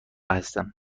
هستم